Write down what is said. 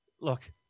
Look